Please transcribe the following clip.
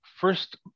first